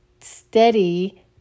steady